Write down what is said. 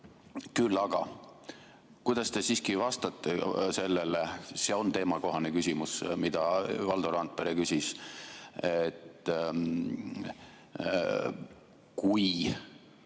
Küll aga, kuidas te vastate sellele – see on teemakohane küsimus, mida Valdo Randpere küsis –, et kui